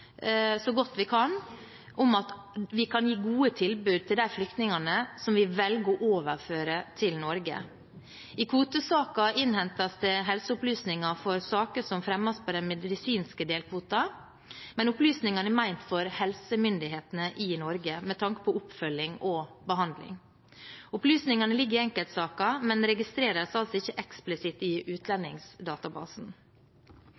så godt vi kan, forsikre oss om at vi kan gi gode tilbud til de flyktningene som vi velger å overføre til Norge. I kvotesaker innhentes det helseopplysninger for saker som fremmes på den medisinske delkvoten, men opplysningene er ment for helsemyndighetene i Norge, med tanke på oppfølging og behandling. Opplysningene ligger i enkeltsaker, men registreres altså ikke eksplisitt i